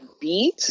beat